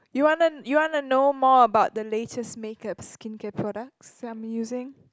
you wanna you wanna know more about the latest makeup skincare products that I'm using